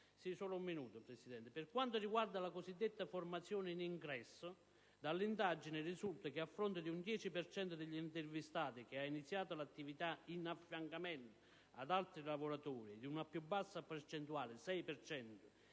Per quanto riguarda la cosiddetta formazione in ingresso, dall'indagine risulta che, a fronte di un 10 per cento degli intervistati che ha iniziato l'attività in affiancamento ad altri lavoratori e di una più bassa percentuale (6